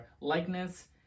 Likeness